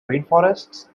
rainforests